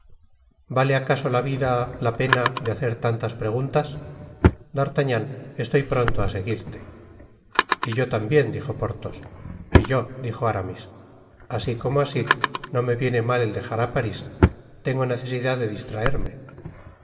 vale acaso la vida la pena de hacer tantas preguntas d'artagnan estoy pronto á seguirte y yo tambien dijo porthos y yo dijo aramis así como así no me viene mal el dejav á parís tengo necesidad de distraerme